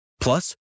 Plus